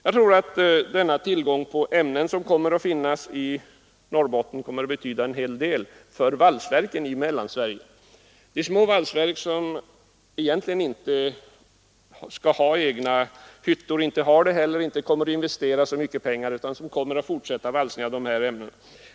Jag tror att den tillgång på ämnen som kommer att finnas i Norrbotten kommer att betyda en hel del för valsverken i Mellansverige. Det gäller små valsverk, som egentligen inte skall ha egna hyttor — och inte har det heller — och som inte kommer att investera särskilt mycket pengar, utan som kommer att fortsätta valsningen av ämnena.